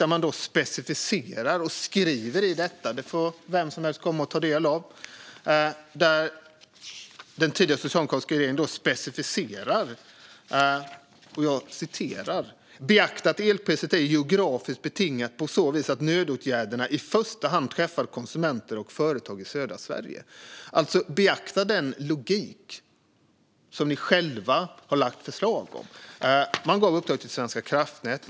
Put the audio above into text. Den tidigare socialdemokratiska regeringen specificerade detta genom att skriva att Svenska kraftnät ska beakta att elpriset är geografiskt betingat på så vis att nödåtgärderna i första hand träffar konsumenter och företag i södra Sverige. Beakta alltså den logik som finns i det förslag som Socialdemokraterna själva har lagt fram. Den förra regeringen gav uppdraget till Svenska kraftnät.